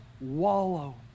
wallow